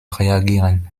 reagieren